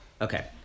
Okay